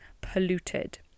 polluted